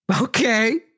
Okay